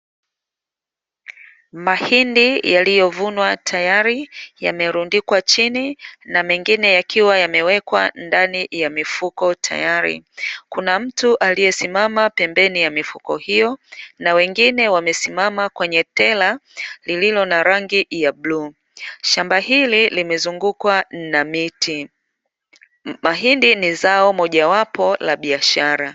Mahindi yaliyovunwa tayari yamerundikwa chini na mengine yakiwa yamewekwa ndani ya mifuko tayari, kuna mtu aliyesimama pembeni ya mifuko hiyo na wengine wamesimama kwenye tela lililo na rangi ya bluu, shamba hili limezungukwa na miti, mahindi ni zao mojawapo la biashara.